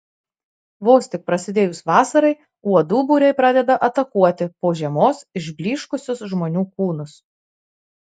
vos tik prasidėjus vasarai uodų būriai pradeda atakuoti po žiemos išblyškusius žmonių kūnus